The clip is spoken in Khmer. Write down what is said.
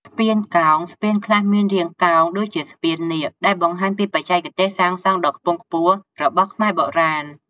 ស្ពានកោង ស្ពានខ្លះមានរាងកោងដូចជាស្ពាននាគ ដែលបង្ហាញពីបច្ចេកទេសសាងសង់ដ៏ខ្ពង់ខ្ពស់របស់ខ្មែរបុរាណ។